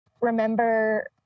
remember